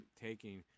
taking